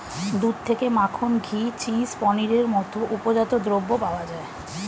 দুধ থেকে মাখন, ঘি, চিজ, পনিরের মতো উপজাত দ্রব্য পাওয়া যায়